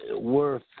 worth